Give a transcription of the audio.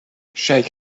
shake